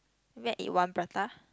wrap in one prata